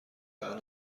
زدن